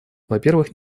вопервых